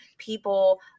people